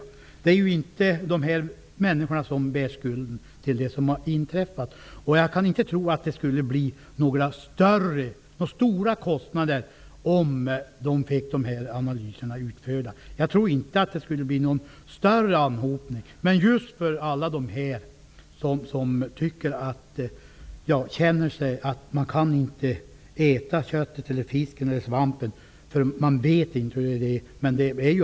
Det är ju inte dessa människor som bär skulden till det inträffade. Jag kan inte tro att utförandet av dessa analyser skulle medföra några stora kostnader. Detta skulle ju bara gälla dem som känner att de inte kan äta kött, fisk eller svamp, eftersom de inte vet vilka värden det är.